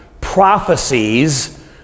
prophecies